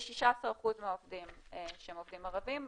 יש 16% מהעובדים שהם עובדים ערבים,